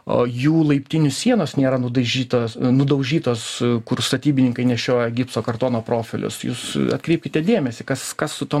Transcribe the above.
o jų laiptinių sienos nėra nudažytos nudaužytos kur statybininkai nešioja gipso kartono profilius jūs atkreipkite dėmesį kas kas su tom